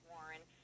Warren